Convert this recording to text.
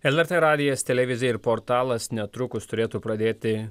lrt radijas televizija ir portalas netrukus turėtų pradėti